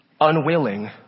unwilling